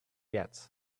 yet